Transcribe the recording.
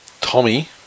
Tommy